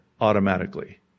automatically